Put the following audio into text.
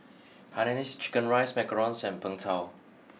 Hainanese Chicken Rice Macarons and png tao